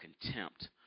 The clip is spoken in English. contempt